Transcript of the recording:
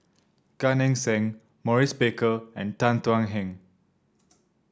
Gan Eng Seng Maurice Baker and Tan Thuan Heng